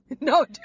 no